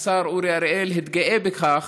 השר אורי אריאל התגאה בכך